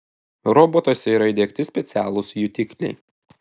robotuose yra įdiegti specialūs jutikliai